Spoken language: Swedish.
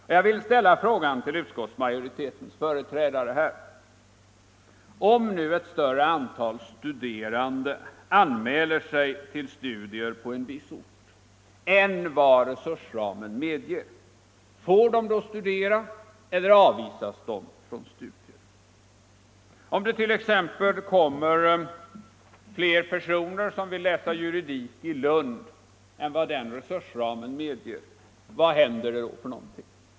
Och jag vill gärna ställa frågan till utskottsmajoritetens företrädare: Om nu ett större antal studerande anmäler sig till studier på en viss ort än vad resursramen medger, får de då studera eller avvisas de? Om det t.ex. kommer fler personer som vill läsa juridik i Lund än vad resursramen medger, vad händer då?